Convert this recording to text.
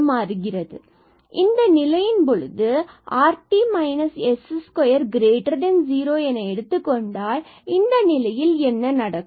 எனவே இந்த நிலையின் பொழுது நாம் rt s20 என எடுத்துக் கொண்டால் பின்பு இந்த நிலையில் என்ன நடக்கும்